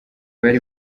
bari